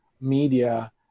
media